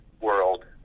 world